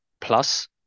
plus